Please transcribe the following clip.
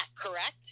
correct